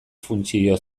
funtzio